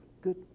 Good